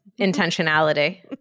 intentionality